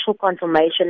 confirmation